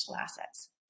assets